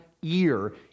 year